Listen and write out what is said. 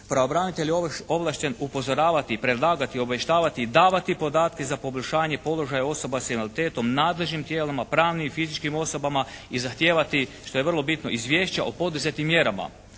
Pravobranitelj je ovlašćen upozoravati, predlagati, obavještavati i davati podatke za poboljšanje položaja osoba sa invaliditetom nadležnim tijelima, pravnim i fizičkim osobama i zahtijevati, što je vrlo bitno, izvješća o poduzetim mjerama.